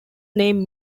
name